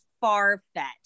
far-fetched